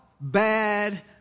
bad